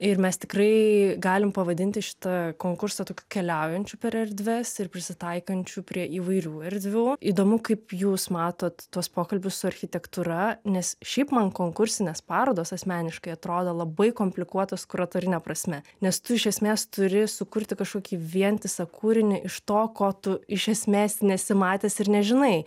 ir mes tikrai galim pavadinti šitą konkursą tokiu keliaujančiu per erdves ir prisitaikančiu prie įvairių erdvių įdomu kaip jūs matot tuos pokalbius su architektūra nes šiaip man konkursinės parodos asmeniškai atrodo labai komplikuotos kuratorine prasme nes tu iš esmės turi sukurti kažkokį vientisą kūrinį iš to ko tu iš esmės nesi matęs ir nežinai